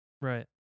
Right